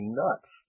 nuts